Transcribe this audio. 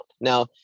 now